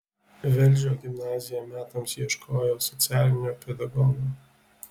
velžio gimnazija metams ieškojo socialinio pedagogo